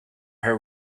her